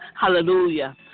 hallelujah